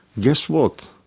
guess what?